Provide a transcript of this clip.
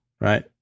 right